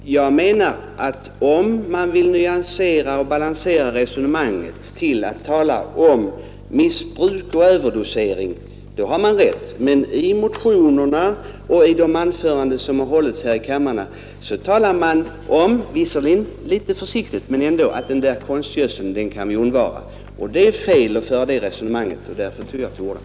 Jag menar att om man vill nyansera och balansera resonemanget så att man talar om missbruk och överdosering, då har man rätt. Men i motionerna och i de anföranden som hållits här i kammaren talar man — visserligen litet försiktigt men ändå — om att vi kan undvara konstgödseln. Det är fel att föra det resonemanget, och därför tog jag till orda.